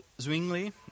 Zwingli